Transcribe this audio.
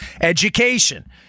education